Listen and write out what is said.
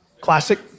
Classic